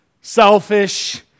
Selfish